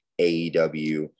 AEW